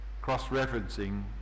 cross-referencing